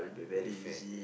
very fat